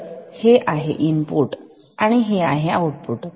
तर हे इनपुट आहे आणि हे आउटपुट